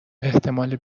احتمال